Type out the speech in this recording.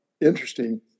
interesting